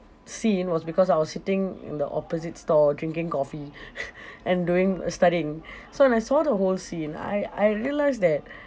scene was because I was sitting in the opposite store drinking coffee and doing uh studying so when I saw the whole scene I I realised that